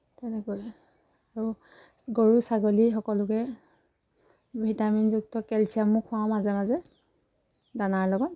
তেনেকৈ আৰু গৰু ছাগলী সকলোকে ভিটামিনযুক্ত কেলছিয়ামো খোৱাওঁ মাজে মাজে দানাৰ লগত